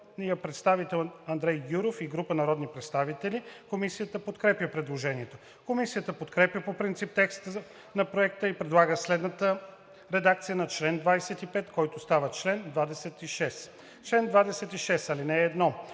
представител Андрей Гюров и група народни представители. Комисията подкрепя предложението. Комисията подкрепя по принцип текста на Проекта и предлага следната редакция на чл. 25, който става чл. 26: „Чл. 26. (1) Постоянните